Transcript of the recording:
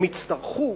הם יצטרכו,